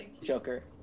Joker